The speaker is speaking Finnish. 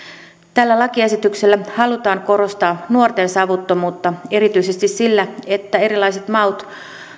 tällä lakiesityksellä halutaan korostaa nuorten savuttomuutta erityisesti sillä että erilaiset maut